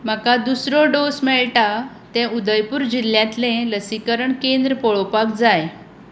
म्हाका दुसरो डोस मेळटा तें उदयपूर जिल्ल्यांतलें लसीकरण केंद्र पळोवपाक जाय